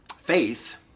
Faith